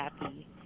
happy